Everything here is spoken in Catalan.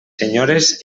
senyores